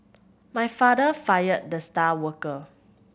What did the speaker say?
my father fired the star worker